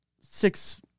six